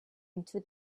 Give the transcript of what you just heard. into